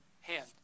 hand